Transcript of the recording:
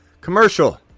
commercial